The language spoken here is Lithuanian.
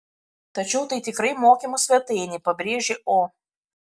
tačiau tai tikrai mokymų svetainė pabrėžė o